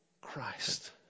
Christ